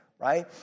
right